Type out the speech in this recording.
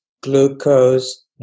glucose